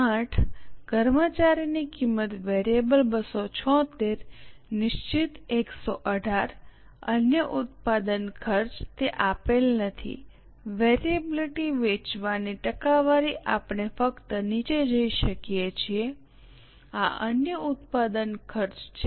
8 કર્મચારીની કિંમત વેરીએબલ 276 નિશ્ચિત 118 અન્ય ઉત્પાદન ખર્ચ તે આપેલ નથી વેરીએબિલીટી વેચવાની ટકાવારી આપણે ફક્ત નીચે જઇ શકીએ છીએ આ અન્ય ઉત્પાદન ખર્ચ છે